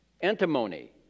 antimony